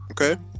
Okay